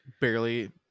Barely